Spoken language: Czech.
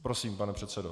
Prosím, pane předsedo.